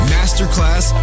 Masterclass